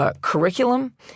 Curriculum